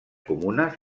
comunes